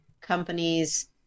companies